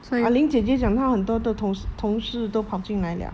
ah ling 姐姐讲她很多的同同事都跑进来了